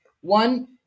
One